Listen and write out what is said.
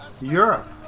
Europe